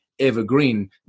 Evergreen